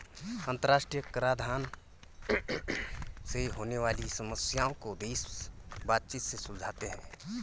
अंतरराष्ट्रीय कराधान से होने वाली समस्याओं को देश बातचीत से सुलझाते हैं